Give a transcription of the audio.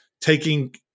taking